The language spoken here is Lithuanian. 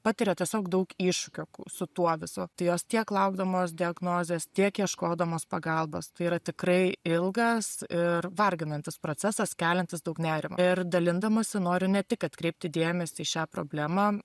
patiria tiesiog daug iššūkių su tuo visu tai jos tiek laukdamos diagnozės tiek ieškodamos pagalbos tai yra tikrai ilgas ir varginantis procesas keliantis daug nerimo ir dalindamasi noriu ne tik atkreipti dėmesį į šią problemą